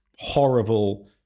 horrible